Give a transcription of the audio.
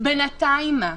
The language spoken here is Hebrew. בינתיים מה?